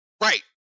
Right